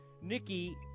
Nikki